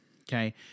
Okay